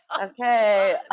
okay